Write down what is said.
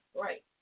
Right